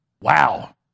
Wow